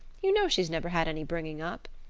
you know she's never had any bringing up.